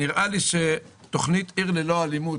נראה לי שתוכנית עיר ללא אלימות,